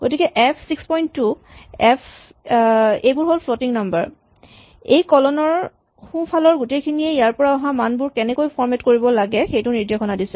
গতিকে F ৬২ F এইবোৰ হ'ল ফ্লটিং নাম্বাৰ এই কলন ৰ সোঁফালৰ গোটেইখিনিয়ে ইয়াৰ পৰা অহা মানবোৰ কেনেকৈ ফৰমেট কৰিব লাগে সেইটো নিৰ্দেশনা দিছে